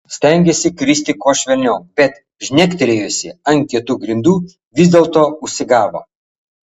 stengėsi kristi kuo švelniau bet žnektelėjusi ant kietų grindų vis dėlto užsigavo